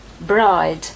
bride